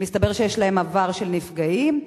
מסתבר שיש להם עבר של נפגעים.